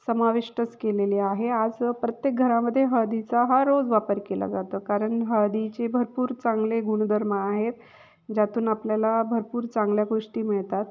समाविष्टच केलेली आहे आज प्रत्येक घरामध्ये हळदीचा हा रोज वापर केला जातो कारण हळदीचे भरपूर चांगले गुणधर्म आहेत ज्यातून आपल्याला भरपूर चांगल्या गोष्टी मिळतात